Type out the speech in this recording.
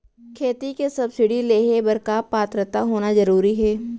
खेती के सब्सिडी लेहे बर का पात्रता होना जरूरी हे?